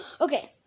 Okay